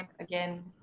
again